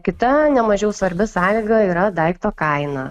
kita nemažiau svarbi sąlyga yra daikto kaina